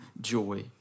joy